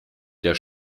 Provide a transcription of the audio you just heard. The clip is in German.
der